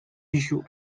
issue